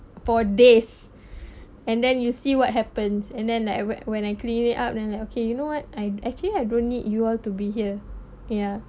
for days and then you see what happens and then like whe~ when I clean it up then like okay you know what I actually I don't need you all to be here yeah